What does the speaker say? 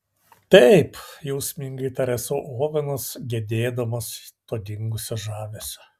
taip jausmingai tarė sau ovenas gedėdamas to dingusio žavesio